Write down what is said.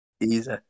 easy